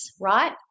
right